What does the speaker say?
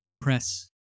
Press